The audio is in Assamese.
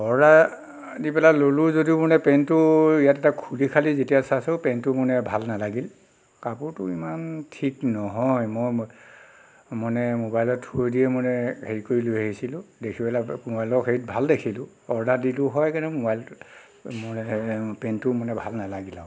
অৰ্ডাৰ দি পেলাই ললোঁ যদিও মানে পেণ্টটো ইয়াত এতিয়া খুলি খালি যেতিয়া চাইছোঁ পেণ্টটো মানে ভাল নালাগিল কাপোৰটো ইমান ঠিক নহয় মই মানে মোবাইলৰ থোৰেদিয়েই মানে হেৰি কৰি লৈ আহিছিলোঁ দেখি পেলাই মোবাইলৰ হেৰিত ভাল দেখিলোঁ অৰ্ডাৰ দিলোঁ হয় কিন্তু মোবাইলটোত মোৰ পেণ্টটো মানে ভাল নেলাগিলে আৰু